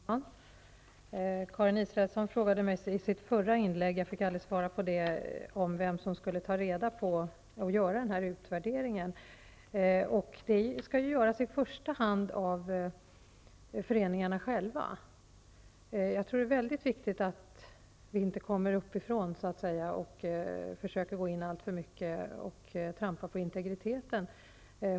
Fru talman! Karin Israelsson frågade mig i sitt förra inlägg vem som skulle göra denna utvärdering. Den skall i första hand göras av föreningarna själva. Det är viktigt att vi inte går in uppifrån och trampar på folkrörelsernas integritet.